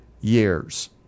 years